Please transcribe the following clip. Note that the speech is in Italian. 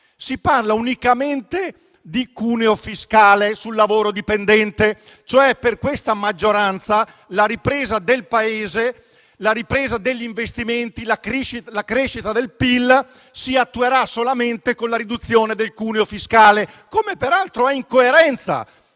si parla unicamente di cuneo fiscale sul lavoro dipendente. Per questa maggioranza la ripresa del Paese, la ripresa degli investimenti e la crescita del PIL si attueranno solamente con la riduzione del cuneo fiscale, che peraltro è coerente